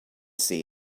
see